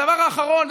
הדבר האחרון,